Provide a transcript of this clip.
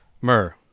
myrrh